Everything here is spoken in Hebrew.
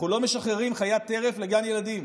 אנחנו לא משחררים חיית טרף לגן ילדים.